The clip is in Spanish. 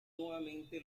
nuevamente